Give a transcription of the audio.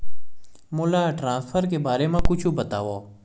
मोला ट्रान्सफर के बारे मा कुछु बतावव?